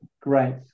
great